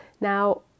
Now